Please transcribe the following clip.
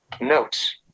Notes